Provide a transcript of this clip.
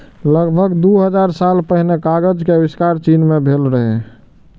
लगभग दू हजार साल पहिने कागज के आविष्कार चीन मे भेल रहै